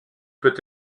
peut